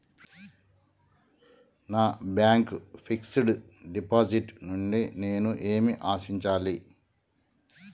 నా bank fixed deposit నుండి నేను ఏమి ఆశించాలి?